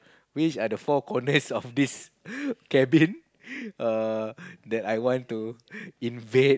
based at the four corners of this cabin err that I want to invade